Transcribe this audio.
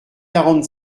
quarante